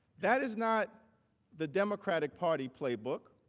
that is not the democratic party playbook.